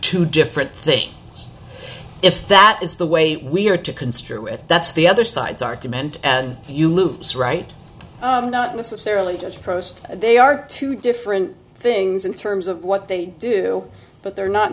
two different things if that is the way we are to construe it that's the other side's argument and you lose right not necessarily just prose they are two different things in terms of what they do but they're not